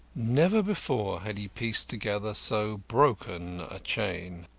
never before had he pieced together so broken a chain.